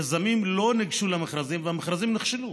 יזמים לא ניגשו למכרזים והמכרזים נכשלו.